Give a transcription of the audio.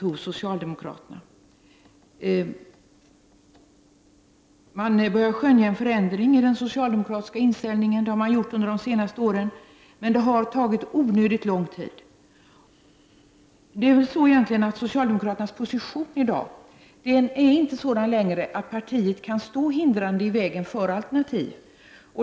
Det har under de senaste åren börjat skönjas en förändring i den socialdemokratiska inställningen, men det har tagit onödigt lång tid. Socialdemokraternas position i dag är inte längre sådan att partiet kan stå hindrande i vägen för alternativ.